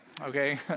okay